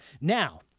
Now